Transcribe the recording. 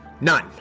None